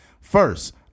First